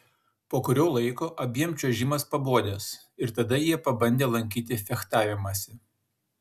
po kurio laiko abiem čiuožimas pabodęs ir tada jie pabandę lankyti fechtavimąsi